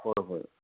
ꯍꯣꯏ ꯍꯣꯏ